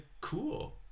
cool